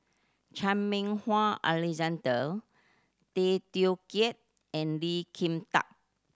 Chan Meng Wah Alexander Tay Teow Kiat and Lee Kin Tat